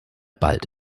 bald